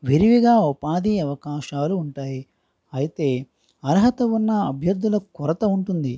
విరివిగా ఉపాధి అవకాశాలు ఉంటాయి అయితే అర్హత ఉన్న అభ్యర్థుల కొరత ఉంటుంది